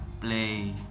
play